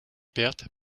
pertes